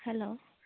hello